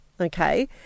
okay